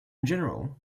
general